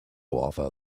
offer